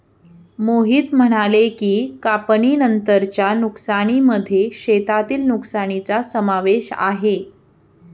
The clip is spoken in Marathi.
मोहित म्हणाले की, कापणीनंतरच्या नुकसानीमध्ये शेतातील नुकसानीचा समावेश आहे